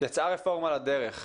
יצאה רפורמה לדרך.